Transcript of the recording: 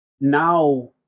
now